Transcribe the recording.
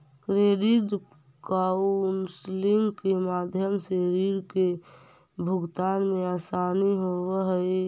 credit counselling के माध्यम से रीड के भुगतान में असानी होवऽ हई